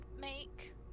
make